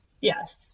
Yes